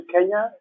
Kenya